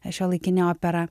šiuolaikinė opera